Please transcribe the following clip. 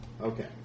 Okay